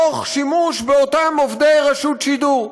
תוך שימוש באותם עובדי רשות שידור.